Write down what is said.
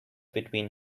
between